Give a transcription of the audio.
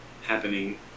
happening